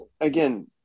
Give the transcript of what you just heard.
again